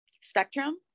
spectrum